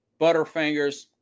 butterfingers